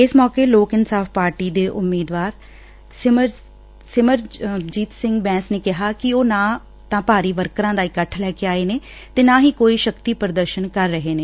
ਇਸ ਮੌਕੇ ਲੋਕ ਇਨਸਾਫ਼ ਪਾਰਟੀ ਦੇ ਉਮੀਦਵਾਰ ਸਿਮਰਜੀਤ ਸਿੰਘ ਬੈਸ ਨੇ ਕਿਹਾ ਕਿ ਉਹ ਨਾ ਤਾਂ ਭਾਰੀ ਵਰਕਰਾਂ ਦਾ ਇਕੱਠ ਲੈ ਕੇ ਆਏ ਨੇ ਅਤੇ ਨਾ ਹੀ ਕੋਈ ਸ਼ਕਤੀ ਪੁਦਰਸ਼ਨ ਕਰ ਰਹੇ ਨੇ